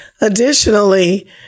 Additionally